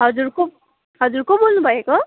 हजुर को हजुर को बोल्नु भएको